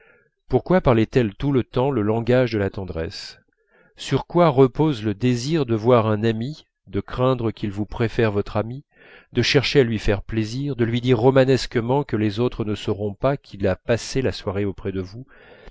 pourquoi parlait-elle tout le temps le langage de la tendresse sur quoi repose le désir de voir un ami de craindre qu'il vous préfère votre amie de chercher à lui faire plaisir de lui dire romanesquement que les autres ne sauront pas qu'il a passé la soirée auprès de vous